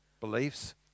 beliefs